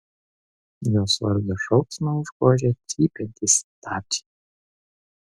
jos vardo šauksmą užgožia cypiantys stabdžiai